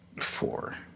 Four